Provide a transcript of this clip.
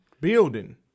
building